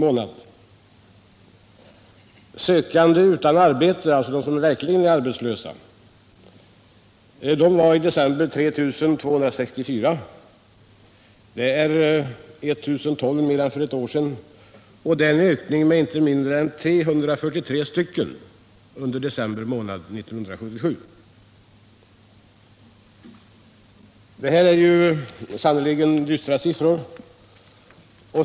Antalet sökande utan arbete, dvs. de som verkligen är arbetslösa, var i december 3 264. Det är 1 012 mer än för ett år sedan, och en ökning med inte mindre än 343 under december månad 1977. Det här är sannerligen dystra siffror.